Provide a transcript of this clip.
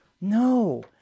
No